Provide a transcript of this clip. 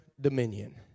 dominion